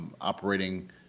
Operating